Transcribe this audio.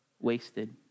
wasted